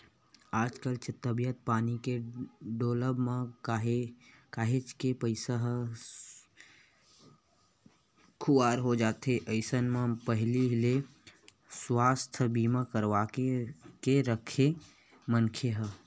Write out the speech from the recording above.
आजकल तबीयत पानी के डोलब म काहेच के पइसा ह खुवार हो जाथे अइसन म पहिली ले सुवास्थ बीमा करवाके के राखे मनखे ह